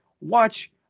watch